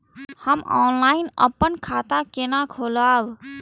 हम ऑनलाइन अपन खाता केना खोलाब?